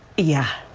yeah.